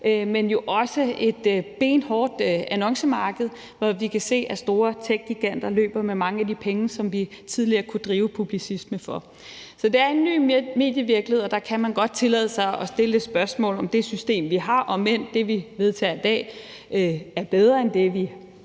men jo også et benhårdt annoncemarked, hvor vi kan se, at store techgiganter løber med mange af de penge, som vi tidligere kunne drive publicisme for. Så det er en ny medievirkelighed, og der kan man godt tillade sig at stille det spørgsmål, om det system, vi har, og det, vi vedtager i dag, er bedre end det, vi havde